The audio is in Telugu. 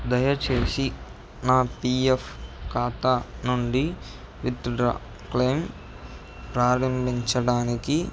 దయచేసి నా పీఎఫ్ ఖాతా నుండి విత్డ్రా క్లెయిమ్ ప్రారంభించడానికి